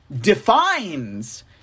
defines